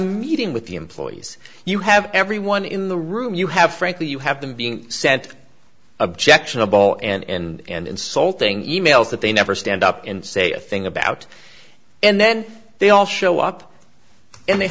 meeting with the employees you have everyone in the room you have frankly you have them being sent objectionable and insulting e mails that they never stand up and say a thing about and then they all show up and they